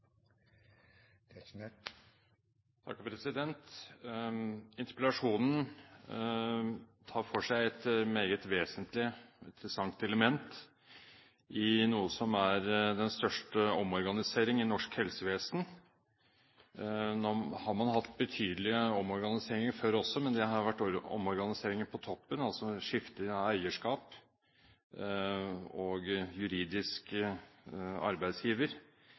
tar for seg et meget vesentlig, interessant element i den største omorganisering i norsk helsevesen. Nå har man hatt betydelige omorganiseringer før også, men det har vært omorganiseringer på toppen, altså skifte av eierskap og juridisk arbeidsgiver.